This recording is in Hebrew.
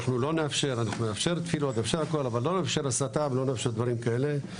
אנחנו נאפשר תפילות אבל לא נאפשר הסתה ולא נאפשר דברים כאלה.